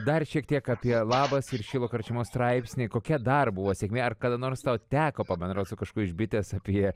dar šiek tiek apie labas ir šilo karčiamos straipsniai kokia dar buvo sėkmė ar kada nors tau teko pabendraut su kažkuo iš bitės apie